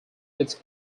its